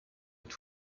être